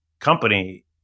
company